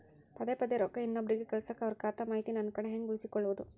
ಪದೆ ಪದೇ ರೊಕ್ಕ ಇನ್ನೊಬ್ರಿಗೆ ಕಳಸಾಕ್ ಅವರ ಖಾತಾ ಮಾಹಿತಿ ನನ್ನ ಕಡೆ ಹೆಂಗ್ ಉಳಿಸಿಕೊಳ್ಳೋದು?